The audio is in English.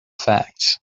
facts